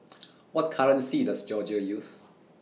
What currency Does Georgia use